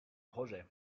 projet